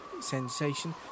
sensation